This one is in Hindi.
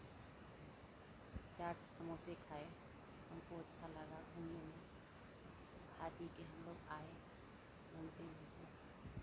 चाट समोसे खाए हमको अच्छा लगा घूमने में खा पी के हमलोग आये घूम फिर के